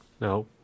No